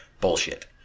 Bullshit